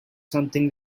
something